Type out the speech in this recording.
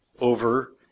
over